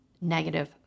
negative